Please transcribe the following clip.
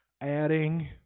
adding